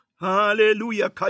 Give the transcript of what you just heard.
Hallelujah